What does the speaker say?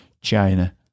China